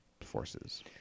forces